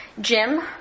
Jim